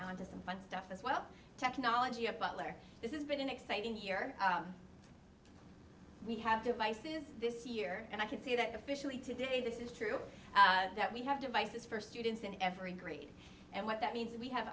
on to some fun stuff as well technology a butler this is been an exciting year we have devices this year and i can see that officially today this is true that we have devices for students in every grade and what that means we have